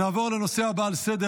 בעד,